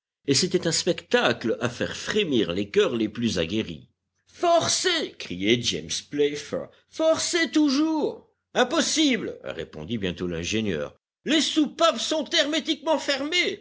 et c'était un spectacle à faire frémir les cœurs les plus aguerris forcez criait james playfair forcez toujours impossible répondit bientôt l'ingénieur les soupapes sont hermétiquement fermées